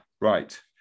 Right